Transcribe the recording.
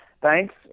thanks